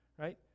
right